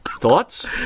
Thoughts